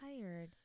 tired